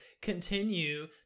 continue